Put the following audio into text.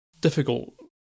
difficult